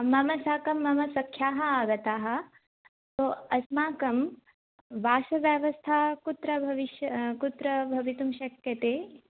मम साकं मम सख्याः आगताः सो अस्माकं वासव्यवस्था कुत्र भविष् कुत्र भवितुं शक्यते